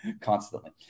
constantly